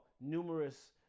numerous